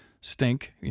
stink